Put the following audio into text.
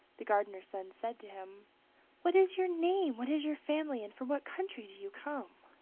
the gardener's son said to him what is your name, what is your family, and from what country do you come?